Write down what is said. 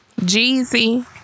Jeezy